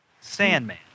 Sandman